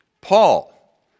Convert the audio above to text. Paul